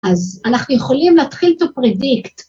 ‫אז אנחנו יכולים להתחיל את הפרדיקט.